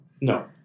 No